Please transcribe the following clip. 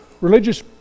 religious